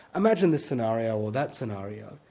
imagine this scenario or that scenario,